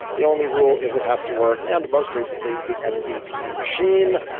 the only rule is it has to work. and most recently the mvp machine.